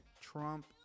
Trump